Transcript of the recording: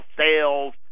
sales